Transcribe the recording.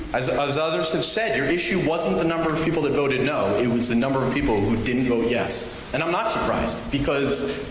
as others others have said, your issue wasn't the number of people that voted no. it was the number of people who didn't vote yes. and i'm not surprised because,